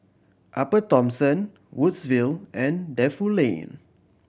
Upper Thomson Woodsville and Defu Lane